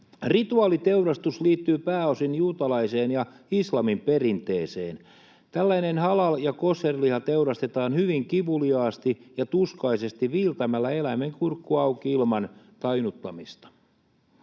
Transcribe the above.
Rituaaliteurastus liittyy pääosin juutalaiseen ja islamin perinteeseen. Tällainen halal- ja košer-liha teurastetaan hyvin kivuliaasti ja tuskaisesti viiltämällä eläimen kurkku auki ilman tainnuttamista.